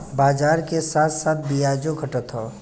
बाजार के साथ साथ बियाजो घटत हौ